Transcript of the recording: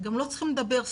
גם לא צריכים לדבר.